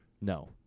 No